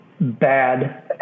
bad